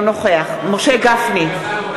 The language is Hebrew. אינו נוכח משה גפני,